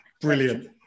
Brilliant